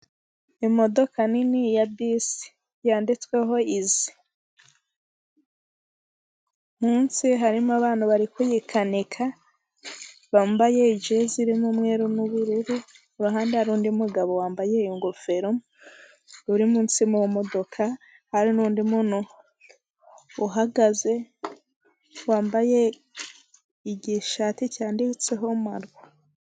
Imodoka nini ya bisi yanditseho izi, munsi harimo abantu bari kuyikanika bambaye jese irimo umweru n'ubururu, iruhande hari undi mugabo wambaye ingofero uri munsi mu modoka hari nundi muntu uhagaze igishati cyanditseho marwa.